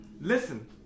Listen